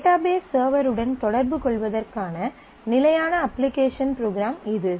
database server உடன் தொடர்பு கொள்வதற்கான நிலையான அப்ளிகேஷன் ப்ரோக்ராம் இது